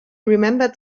remembered